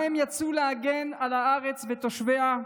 מה הם יצאו להגן על הארץ ועל תושביה,